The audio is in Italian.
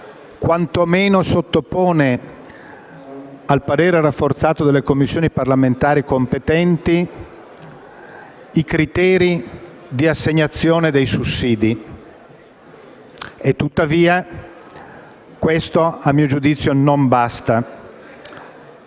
quantomeno sottopone al parere rafforzato delle Commissioni parlamentari competenti i criteri di assegnazione dei sussidi. Tuttavia questo, a mio giudizio, non basta,